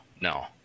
No